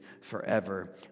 forever